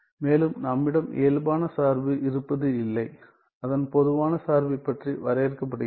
மேலும் நம்மிடம் இயல்பான சார்பு இருப்பது இல்லை அதன் பொதுவான சார்பைப் பற்றி வரையறுக்கப்படுகிறது